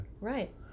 Right